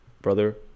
brother